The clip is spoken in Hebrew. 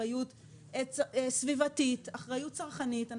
סביבתית וצרכנית שלהם.